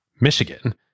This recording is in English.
Michigan